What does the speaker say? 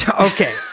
Okay